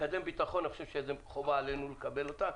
מקדם ביטחון, אני חושב שחובה עלינו לקבל את זה.